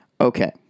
Okay